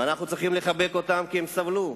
ואנחנו צריכים לחבק אותם, כי הם סבלו,